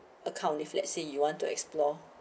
account if let's say you want to explore